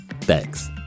thanks